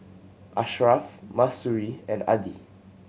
Ashraff Mahsuri and Adi